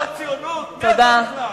תודה.